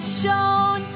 shown